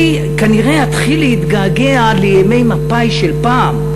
אני כנראה אתחיל להתגעגע לימי מפא"י של פעם,